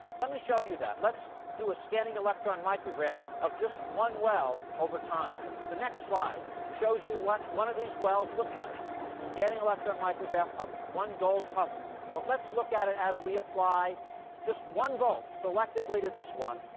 let me show you that. let's do a scanning electron micrograph of just one well over time. the next slide shows you what one of these wells look like scanning electron micrograph of one gold cover. but let's look at it as we apply just one volt selectively to this one.